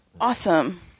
Awesome